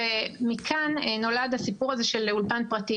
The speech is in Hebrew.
ומכאן נולד הסיפור הזה של אולפן פרטי.